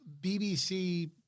BBC